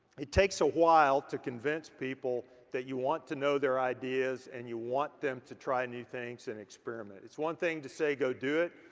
it takes a while to convince people that you want to know their ideas and you want them to try new things and experiment. it's one thing to say go do it.